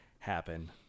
happen